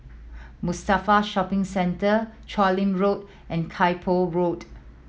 Mustafa Shopping Centre Chu Lin Road and Kay Poh Road